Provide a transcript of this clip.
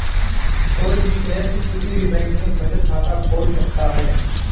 कोई भी वयस्क किसी भी बैंक में बचत खाता खोल सकता हैं